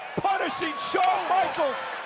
shawn michaels.